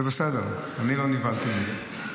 זה בסדר, אני לא נבהלתי מזה.